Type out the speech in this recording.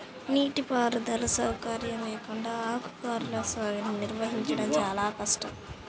నీటిపారుదల సౌకర్యం లేకుండా ఆకుకూరల సాగుని నిర్వహించడం చాలా కష్టం